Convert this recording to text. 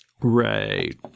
Right